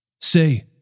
Say